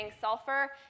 sulfur